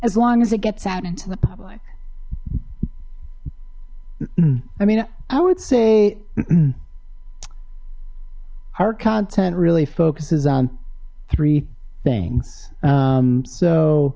as long as it gets out into the public i mean i would say our content really focuses on three things